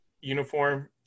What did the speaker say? uniform